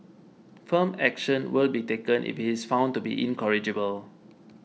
firm action will be taken if he is found to be incorrigible